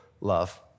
love